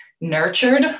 nurtured